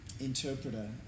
interpreter